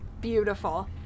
Beautiful